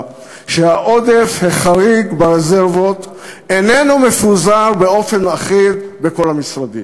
שהעודף החריג ברזרבות איננו מפוזר באופן אחיד בכל המשרדים.